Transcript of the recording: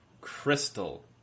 Crystal